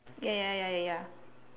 ya ya ya ya